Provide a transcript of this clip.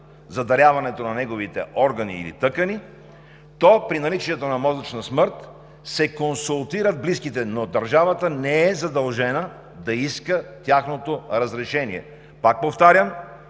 за даряването на неговите органи или тъкани, то при наличието на мозъчна смърт се консултират близките, но държавата не е задължена да иска тяхното разрешение. Пак повтарям,